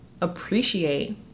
appreciate